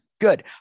Good